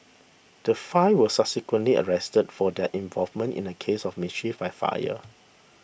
the five were subsequently arrested for their involvement in a case of mischief by fire